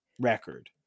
record